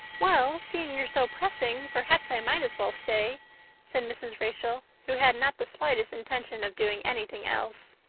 well, seeing you're so pressing, perhaps i might as well, stay said mrs. rachel, who had not the slightest intention of doing anything else.